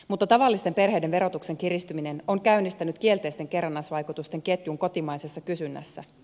mutta tavallisten perheiden verotuksen kiristyminen on käynnistänyt kielteisten kerrannaisvaikutusten ketjun kotimaisessa kysynnässä